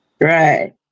right